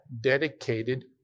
dedicated